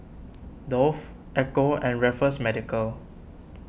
Dove Ecco and Raffles Medical